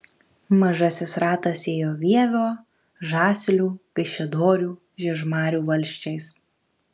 mažasis ratas ėjo vievio žaslių kaišiadorių žiežmarių valsčiais